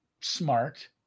smart